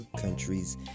countries